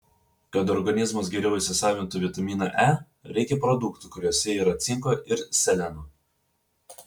kad organizmas geriau įsisavintų vitaminą e reikia produktų kuriuose yra cinko ir seleno